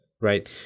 right